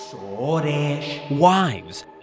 wives